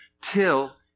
till